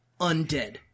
undead